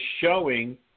showing